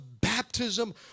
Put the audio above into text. baptism